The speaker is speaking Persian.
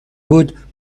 بود